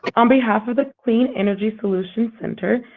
on behalf of the clean energy solutions center,